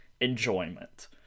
enjoyment